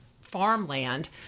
farmland